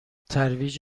ترویج